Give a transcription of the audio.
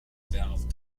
valve